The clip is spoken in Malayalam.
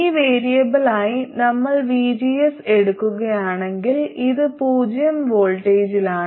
ഈ വേരിയബിളായി നമ്മൾ vgs എടുക്കുകയാണെങ്കിൽ ഇത് പൂജ്യം വോൾട്ടിലാണ്